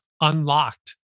unlocked